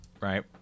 Right